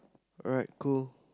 alright cool